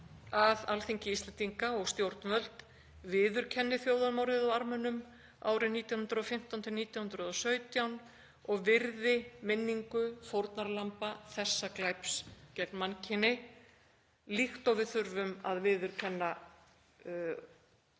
að Alþingi Íslendinga og stjórnvöld viðurkenni þjóðarmorðið á Armenum árin 1915–1917 og virði minningu fórnarlamba þessa glæps gegn mannkyni líkt og við þurfum að viðurkenna